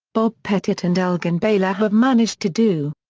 bob pettit and elgin baylor have managed to do.